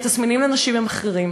כי התסמינים אצל נשים הם אחרים,